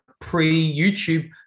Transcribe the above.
pre-YouTube